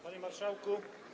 Panie Marszałku!